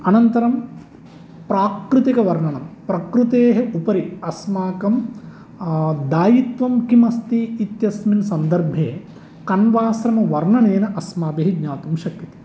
अणन्तरं प्राकृतिक वर्णनं प्रकृतेः उपरि अस्माकं दायित्वं किमस्ति इत्यस्मिन् सन्दर्भे कण्वाश्रमवर्णनेन अस्माभिः ज्ञातुं शक्यते